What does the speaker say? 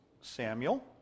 Samuel